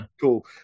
cool